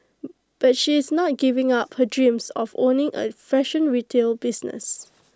but she is not giving up her dreams of owning A fashion retail business